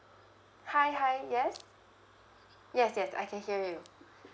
hi hi yes yes yes I can hear you